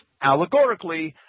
allegorically